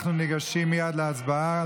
אנחנו ניגשים מייד להצבעה,